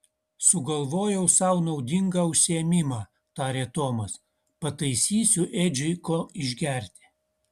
sugalvojau sau naudingą užsiėmimą tarė tomas pataisysiu edžiui ko išgerti